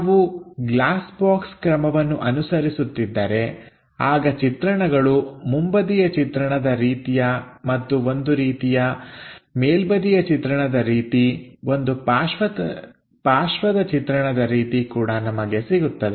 ನಾವು glass box ಕ್ರಮವನ್ನು ಅನುಸರಿಸುತ್ತಿದ್ದರೆ ಆಗ ಚಿತ್ರಣಗಳು ಮುಂಬದಿಯ ಚಿತ್ರಣದ ರೀತಿಯ ಮತ್ತು ಒಂದು ರೀತಿಯ ಮೇಲ್ಬದಿಯ ಚಿತ್ರಣದ ರೀತಿ ಒಂದು ಪಾರ್ಶ್ವದ ಚಿತ್ರಣದ ರೀತಿ ಕೂಡ ನಮಗೆ ಸಿಗುತ್ತದೆ